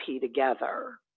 together